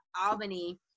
Albany